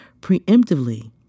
preemptively